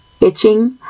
itching